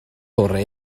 orau